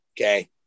Okay